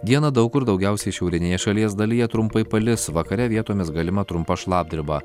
dieną daug kur daugiausiai šiaurinėje šalies dalyje trumpai palis vakare vietomis galima trumpa šlapdriba